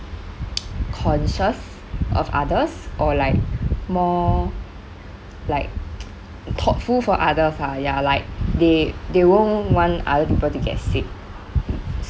conscious of others or like more like thoughtful for others ah ya like they they won't want other people to get sick